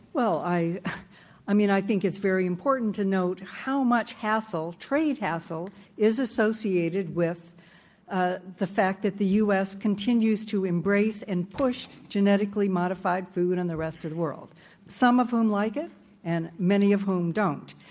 well, i i mean, i think it's very important to note how much hassle trade hassle is associated with ah th e fact that the u. s. continues to embrace and push genetically modified food on the rest of the world some of whom like it and many of whom don't.